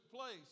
place